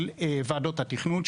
של ועדות התכנון,